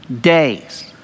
days